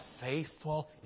faithful